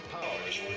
powers